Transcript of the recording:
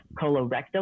colorectal